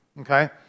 okay